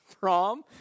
prom